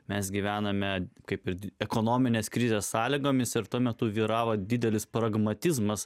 mes gyvename kaip ir ekonominės krizės sąlygomis ir tuo metu vyravo didelis pragmatizmas